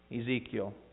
Ezekiel